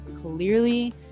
Clearly